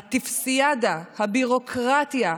הטופסיאדה, הביורוקרטיה,